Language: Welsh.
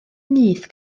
nyth